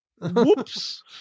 whoops